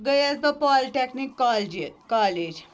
گٔیَس بہٕ پالِٹٮ۪کنیٖک کالجہِ کالیج